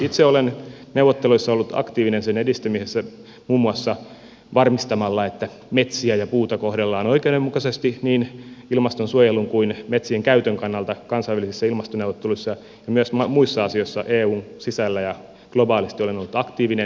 itse olen neuvotteluissa ollut aktiivinen sen edistämisessä muun muassa varmistamalla että metsiä ja puuta kohdellaan oikeudenmukaisesti niin ilmastonsuojelun kuin metsien käytön kannalta kansainvälisissä ilmastoneuvotteluissa ja myös muissa asioissa eun sisällä ja globaalisti olen ollut aktiivinen